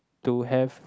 to have